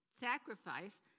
sacrifice